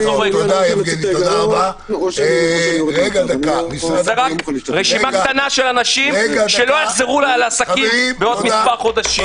זו רק רשימה קטנה של אנשים שלא יחזרו לעסקים בעוד מספר חודשים.